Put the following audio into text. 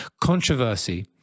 Controversy